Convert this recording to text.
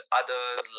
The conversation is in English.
others